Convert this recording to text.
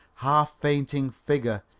half-fainting figure,